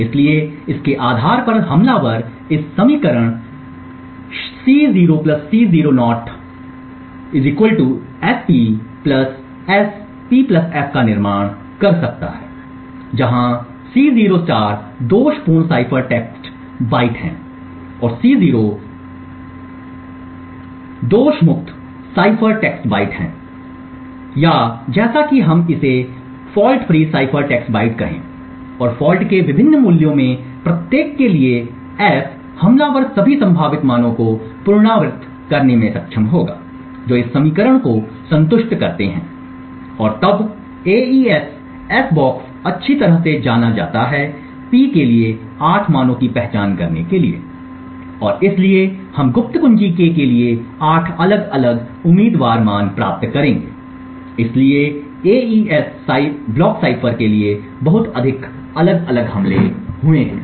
इसलिए इसके आधार पर हमलावर इस समीकरण C0 C0 S P S P f का निर्माण कर सकता है जहाँ C0 दोषपूर्ण साइफर टेक्स्ट बाइट है और C0 सही साइफर टेक्स्ट बाइट है या जैसा कि हम इसे fault free cipher text byte कहें और फॉल्ट के विभिन्न मूल्यों में से प्रत्येक के लिए f हमलावर सभी संभावित मानों को पुनरावृत्त करने में सक्षम होगा जो इस समीकरण को संतुष्ट करते हैं और तब एईएस एस बॉक्स अच्छी तरह से जाना जाता है P के लिए 8 मानों की पहचान करने के लिए और इसलिए हम गुप्त कुंजी k के लिए 8 अलग अलग उम्मीदवार मान प्राप्त करेंगे इसलिए एईएस ब्लॉक साइफर के लिए बहुत अधिक अलग अलग हमले हुए हैं